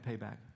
payback